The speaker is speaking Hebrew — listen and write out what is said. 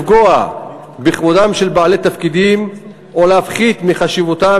לפגוע בכבודם של בעלי תפקידים או להפחית מחשיבותם